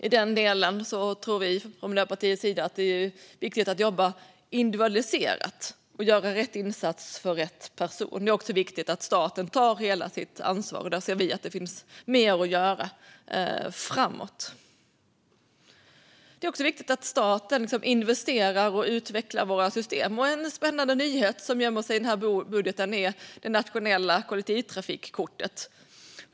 I den delen tror vi från Miljöpartiets sida att det är viktigt att jobba individualiserat och göra rätt insats för rätt person. Det är också viktigt att staten tar hela sitt ansvar, och där ser vi att det finns mer att göra framåt. Det är viktigt att staten investerar i och utvecklar våra system. En spännande nyhet som gömmer sig i budgeten är det nationella kollektivtrafikkortet.